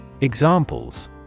Examples